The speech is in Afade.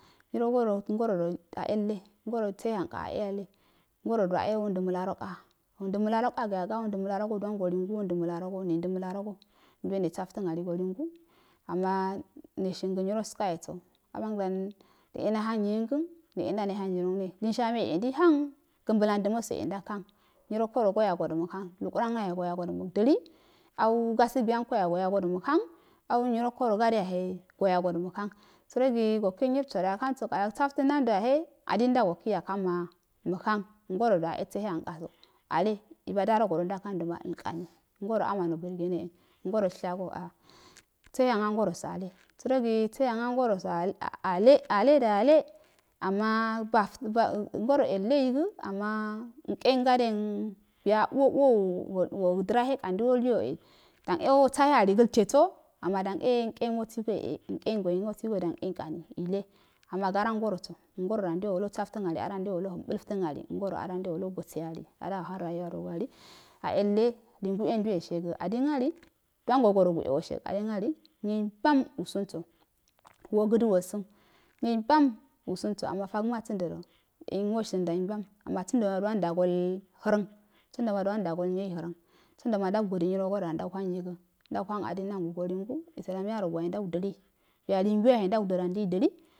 Nyinogo rodo ngorodo a elle sehe yanka elle ngoro dua e wondə məlarogo duwn go engu ne ndə məlarogo nduwe nesaftən ali nendə məlarogo nduwe nesafton alugo lingu nendo məlarogo ama neshingo nyirasakayoso abongdan e nahan nyiyan gan ne e udane nang nyurenganne linshamad e ndeihang gen blan udumso ndu hang nyiroko soya godo boghang lukuran yahe sodo mughoni gi lukuran yane sodo mugadili gasugi yanko yahe sodo mughang au nyrookoro gade ya he goyododo mushang sərogi goku gi nyir soda yaha gso yagba itan nada yahe adain da yokisi yaghama mushans yaghamac mushana ngorodo daun hangdo ma əljkani ngorolama zeheanku go aburgene ən ngorol shaso a sehe amga ngoroso alle sərogisehe amgorobo alle alledo alle arun bog ofto ngoroe alle yega ama nken gade n buya uwo uwou wo dra he kar nduwe woluyo e wosahe yaligəlteso ama dan e nkem wasiksoyoe nkeye ngoyo nkengo enyo e dom enakme ama gara ngoroso ngo rotte nduewe nduwe wolu walu wosafton ali a ndulwe walu waho məltən ali ngoro ada wolu wo bose ali ada wolu woli an rayuwa oguali a elle linggugo e shiga adin ali duamgo goragu e woshegə adin ali nyin amban usunso wogama ususma nyile mbam togama usuko ama tagama bundodu amwosundun neban sundorna duwan andugol hanrena sundoma duwan nda gol horang sundo ma ndau gado nyinsode wa ndau geda nyinwoso wa ndouhanyiga ndouhang adin agugohengu islarim ya rogu yahe nobu dili limguyahe ndaudo dom ndei dili,